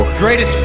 Greatest